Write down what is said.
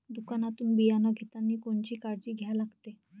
दुकानातून बियानं घेतानी कोनची काळजी घ्या लागते?